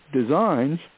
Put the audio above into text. designs